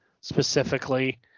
specifically